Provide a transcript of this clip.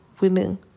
winning